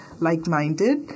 like-minded